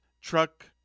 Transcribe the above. truck